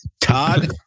Todd